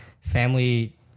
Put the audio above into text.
family